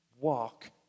walk